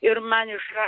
ir man išra